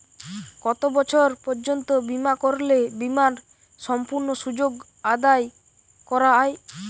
কত বছর পর্যন্ত বিমা করলে বিমার সম্পূর্ণ সুযোগ আদায় করা য়ায়?